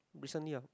recently ah